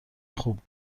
خوب